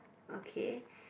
okay